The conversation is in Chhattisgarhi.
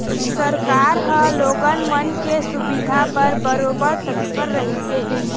सरकार ह लोगन मन के सुबिधा बर बरोबर तत्पर रहिथे